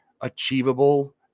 achievable